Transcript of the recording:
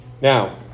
Now